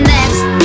Next